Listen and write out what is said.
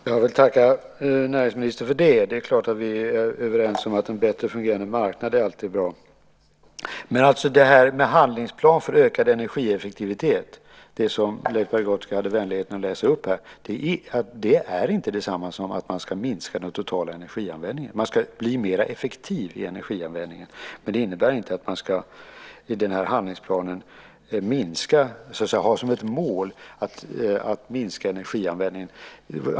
Herr talman! Jag vill tacka näringsministern för det. Det är klart att vi är överens om att en bättre fungerande marknad alltid är bra. Men en handlingsplan för ökad energieffektivitet, som Leif Pagrotsky hade vänligheten att läsa upp, är inte detsamma som att man ska minska den totala energianvändningen. Man ska bli mer effektiv i energianvändningen. Men handlingsplanen innebär inte att man ska ha som mål att minska energianvändningen.